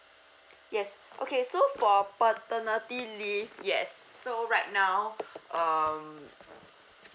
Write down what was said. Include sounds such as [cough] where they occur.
[breath] yes [breath] okay so for paternity leave yes so right now [breath] um